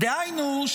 דהיינו,